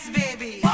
baby